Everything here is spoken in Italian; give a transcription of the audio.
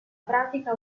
pratica